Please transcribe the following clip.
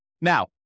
Now